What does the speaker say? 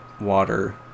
water